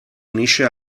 unisce